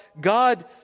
God